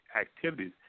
activities